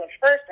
first